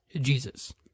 Jesus